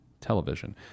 Television